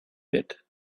bet